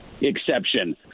exception